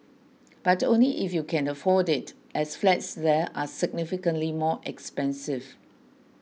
but only if you can afford it as flats there are significantly more expensive